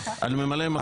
שני ממלאי מקום: